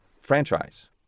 franchise